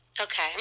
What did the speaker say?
Okay